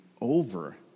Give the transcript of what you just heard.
over